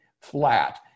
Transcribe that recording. flat